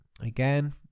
again